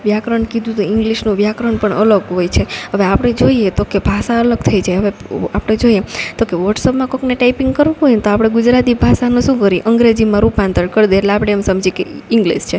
વ્યાકરણ કીધું તો ઇંગ્લિશનું વ્યાકરણ પણ અલગ હોય છે હવે આપણે જોઈએ તો કે ભાષા અલગ થઈ જાય હવે આપણે જોઈએ તો કે વોટ્સઅપમાં કોઈકને ટાઈપિંગ કરવું હોયને તો આપણે ગુજરાતી ભાષાનું શું કરીએ અંગ્રેજીમાં રૂપાંતર કરી દઈએ એટલે આપણે એમ સમજી કે એ ઇંગ્લિશ છે